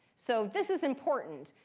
so this is important.